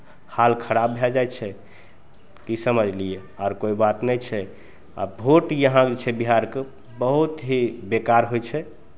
हाल खराब भए जाइ छै की समझलियै आर कोइ बात नहि छै आ भोट यहाँ जे छै बिहारके बहुत ही बेकार होइ छै